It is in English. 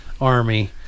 army